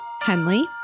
Henley